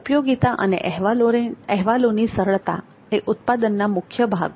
ઉપયોગીતા અને અહેવાલોની સરળતા એ ઉત્પાદનના મુખ્ય ભાગો છે